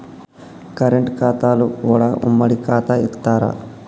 Current ఖాతాలో కూడా ఉమ్మడి ఖాతా ఇత్తరా?